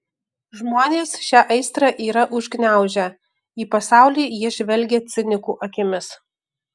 žmonės šią aistrą yra užgniaužę į pasaulį jie žvelgia cinikų akimis